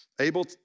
Able